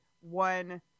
one